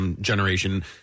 Generation